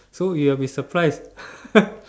so you'll be surprised